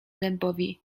dębowi